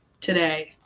today